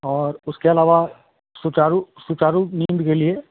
और उसके अलावा सुचारू सुचारू नींद के लिए